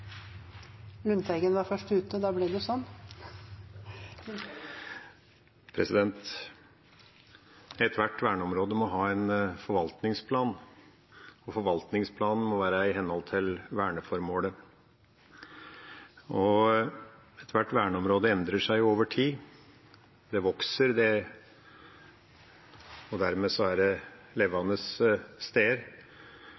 Ethvert verneområde må ha en forvaltningsplan, og forvaltningsplanen må være i henhold til verneformålet. Hvert verneområde endrer seg over tid. Det vokser, og dermed er det levende steder. Det betyr at forvaltningsplanen må ivaretas hvert år, og noen må gjøre jobben. I dette tilfellet er det